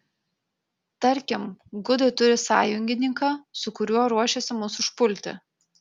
tarkim gudai turi sąjungininką su kuriuo ruošiasi mus užpulti